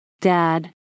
Dad